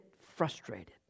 frustrated